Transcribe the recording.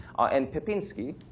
and pepinsky,